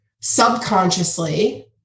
subconsciously